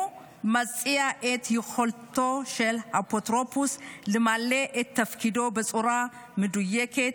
הוא מעצים את יכולתו של האפוטרופוס למלא את תפקידו בצורה מדויקת,